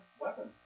weapons